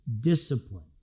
discipline